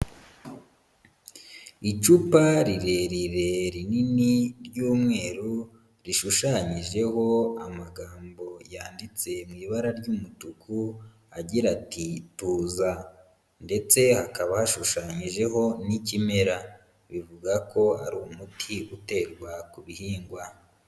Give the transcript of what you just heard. Icupa rirerire rinini ry'umweru, rishushanyijeho amagambo yanditse mu ibara ry'umutuku, agira ati tuza ndetse hakaba hashushanyijeho n'ikimera, bivuga ko ari umuti uterwa ku bihingwa.